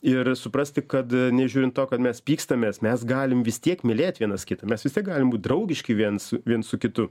ir suprasti kad nežiūrint to kad mes pykstamės mes galim vis tiek mylėt vienas kitą mes vis tiek galim būti draugiški viens viens su kitu